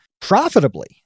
profitably